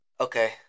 okay